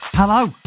Hello